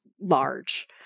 large